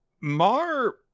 Mar